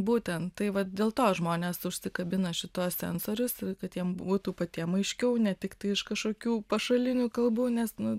būtent tai vat dėl to žmonės užsikabina šituos cenzorius kad jiem būtų patiem aiškiau ne tiktai iš kažkokių pašalinių kalbų nes nu